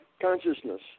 consciousness